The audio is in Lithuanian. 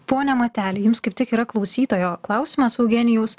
pone mateli jums kaip tik yra klausytojo klausimas eugenijaus